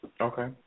Okay